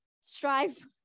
strive